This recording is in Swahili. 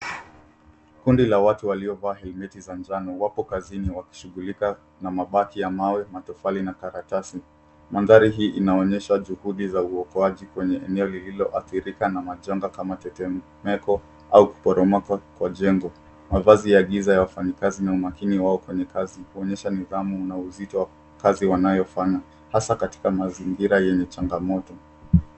Kundi la watu waliovaa helmeti za njano wapo kazini wakishughulika na mabaki ya mawe, matofali na karatasi. Mandhari hii inaonyesha juhudi za uokoaji kwenye eneo lililoathirika na majanga kama tetemeko au kuporomoka kwa jengo. Mavazi ya giza ya wafanyakazi na umakini wao wafanyakazi kuonyesha nidhamu na uzito wa kazi wanayofanya hasa katika mazingira yenye changamoto.